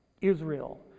Israel